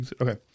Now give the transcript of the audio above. Okay